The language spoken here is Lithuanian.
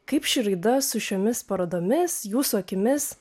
kaip ši raida su šiomis parodomis jūsų akimis